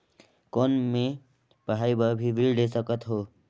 कौन मै पढ़ाई बर भी ऋण ले सकत हो?